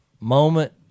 moment